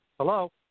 Hello